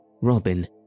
Robin